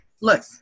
Look